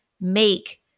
make